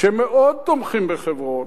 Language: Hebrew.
שמאוד תומכים בחברון,